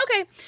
Okay